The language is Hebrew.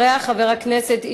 או שהם הרוויחו מהעלאת מס ערך מוסף?